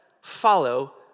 follow